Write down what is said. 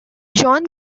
john